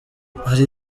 hari